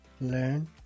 learn